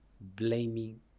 blaming